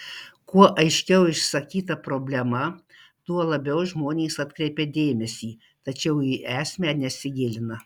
kuo aiškiau išsakyta problema tuo labiau žmonės atkreipia dėmesį tačiau į esmę nesigilina